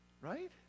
Right